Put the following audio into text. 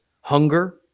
hunger